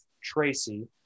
Tracy